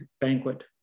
banquet